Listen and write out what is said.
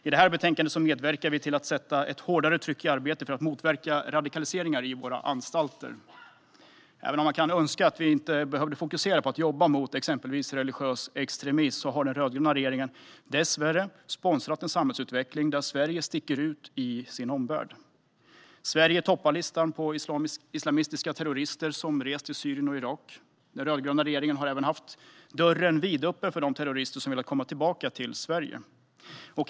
I det här betänkandet medverkar vi till att sätta ett hårdare tryck på arbetet för att motverka radikaliseringar på våra anstalter. Även om man kunde önska att vi inte behövde fokusera på att jobba mot exempelvis religiös extremism har den rödgröna regeringen dessvärre sponsrat en samhällsutveckling där Sverige sticker ut mot sin omvärld. Sverige toppar listan på islamistiska terrorister som rest till Syrien och Irak. Den rödgröna regeringen har även haft dörren vidöppen för de terrorister som velat komma tillbaka till Sverige.